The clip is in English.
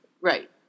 Right